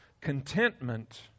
Contentment